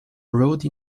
wrote